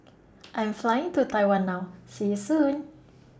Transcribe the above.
I Am Flying to Taiwan now See YOU Soon